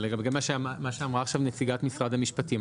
לגבי מה שאמרה עכשיו נציגת משרד המשפטים.